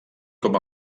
com